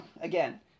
again